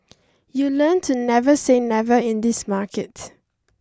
you learn to never say never in this market